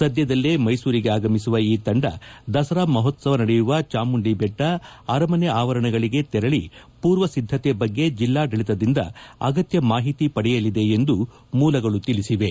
ಸದ್ಯದಲ್ಲೇ ಮೈಸೂರಿಗೆ ಆಗಮಿಸುವ ಈ ತಂಡ ದಸರ ಮಹೋತ್ಸವ ನಡೆಯುವ ಚಾಮುಂಡಿಬೆಟ್ಟ ಅರಮನೆ ಆವರಣಗಳಿಗೆ ತೆರಳಿ ಪೂರ್ವಸಿದ್ದತೆ ಬಗ್ಗೆ ಜಿಲ್ಲಾಡಳಿತದಿಂದ ಅಗತ್ಯ ಮಾಹಿತಿ ಪಡೆಯಲಿದೆ ಎಂದು ಮೂಲಗಳು ತಿಳಿಸಿವೆ